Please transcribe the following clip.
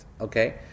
okay